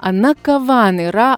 ana kavan yra